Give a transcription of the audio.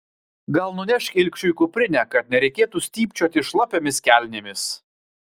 gal nunešk ilgšiui kuprinę kad nereikėtų stypčioti šlapiomis kelnėmis